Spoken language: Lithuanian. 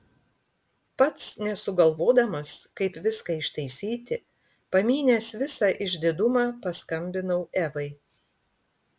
pats nesugalvodamas kaip viską ištaisyti pamynęs visą išdidumą paskambinau evai